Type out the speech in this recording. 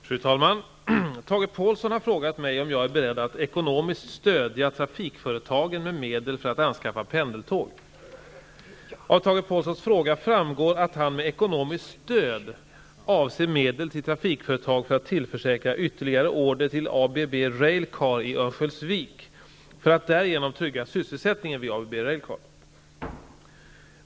Fru talman! Tage Påhlsson har frågat mig om jag är beredd att ekonomiskt stödja trafikföretagen med medel för att anskaffa pendeltåg. Av Tage Påhlssons fråga framgår att han med ekonomiskt stöd avser medel till trafikföretag för att tillförsäkra ytterligare order till ABB Railcar i Örnsköldsvik för att därigenom trygga sysselsättningen vid ABB Railcar.